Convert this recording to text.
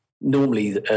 normally